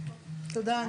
תודה,